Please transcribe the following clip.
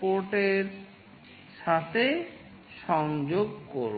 পোর্টের সাথে সংযোগ করব